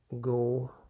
go